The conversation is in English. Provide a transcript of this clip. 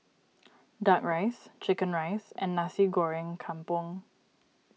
Duck Rice Chicken Rice and Nasi Goreng Kampung